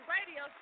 Radio